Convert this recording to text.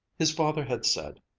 his father had said,